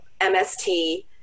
MST